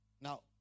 Now